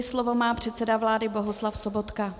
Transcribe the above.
Slovo má předseda vlády Bohuslav Sobotka.